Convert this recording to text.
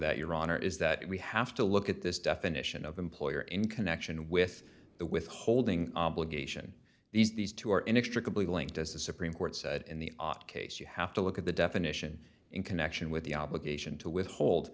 that your honor is that we have to look at this definition of employer in connection with the withholding obligation these these two are inextricably linked as the supreme court said in the case you have to look at the definition in connection with the obligation to withhold